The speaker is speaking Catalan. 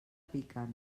piquen